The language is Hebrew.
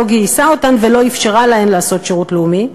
גייסה אותם ולא אפשרה להם לעשות שירות לאומי,